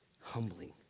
humbling